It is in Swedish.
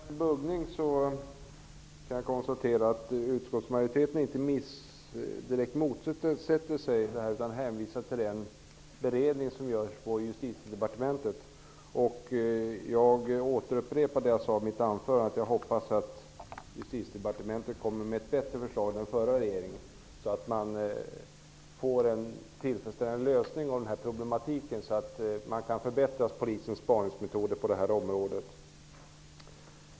Herr talman! Beträffande buggning kan jag konstatera att utskottsmajoriteten inte direkt motsätter sig vad som sägs här. Man hänvisar till den beredning som görs på Justitiedepartementet. Jag upprepar vad jag sade i mitt huvudanförande, nämligen att jag hoppas att Justitiedepartementet kommer med ett förslag som är bättre än den förra regeringens. Det gäller ju att få en tillfredsställande lösning på den här problematiken, så att Polisens spaningsmetoder kan förbättras på detta område.